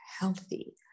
healthy